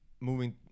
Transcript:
moving